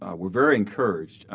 ah we're very encouraged,